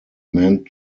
meant